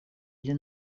для